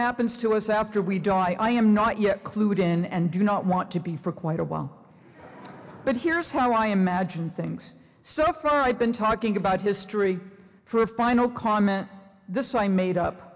happens to us after we die i am not yet clued in and do not want to be for quite a while but here's how i imagine things so far i've been talking about history for a final comment this i made up